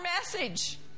message